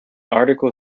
article